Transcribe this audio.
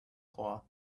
cloth